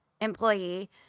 employee